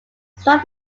struve